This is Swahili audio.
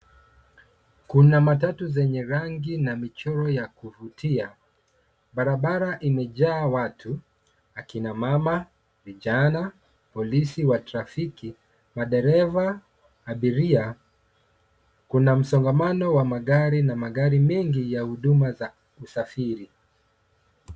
Kuna matatu zenye rangi na michoro ya kuvutia, Barabara imejaa watu, akina mama, vijana, polisi wa traffiki, madereva abiria. Kuna msongamano wa magari, na magari mengi ya huduma ya usafiri.